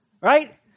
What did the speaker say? right